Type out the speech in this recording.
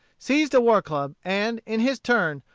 seized a war-club, and, in his turn,